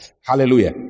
Hallelujah